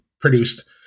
produced